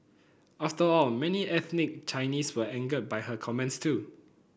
after all many ethnic Chinese were angered by her comments too